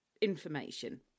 information